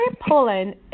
Poland